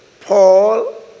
Paul